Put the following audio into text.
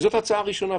זאת הצעה ראשונה.